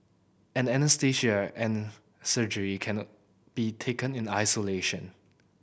anaesthesia and surgery cannot be taken in isolation